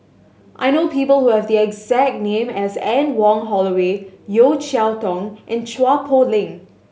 I know people who have the exact name as Anne Wong Holloway Yeo Cheow Tong and Chua Poh Leng